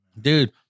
dude